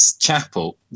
Chapel